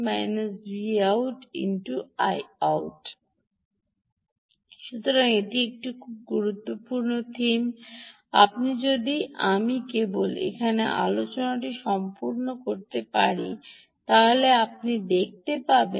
−V out × সুতরাং এটি একটি অত্যন্ত গুরুত্বপূর্ণ থিম আপনি যদি আমি কেবল এখানে আলোচনাটি সম্পূর্ণ করতে পারি তবে আপনি দেখতে পারেন